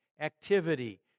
activity